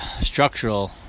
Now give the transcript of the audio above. structural